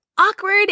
awkward